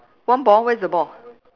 one ball where is the ball